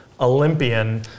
Olympian